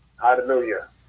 Hallelujah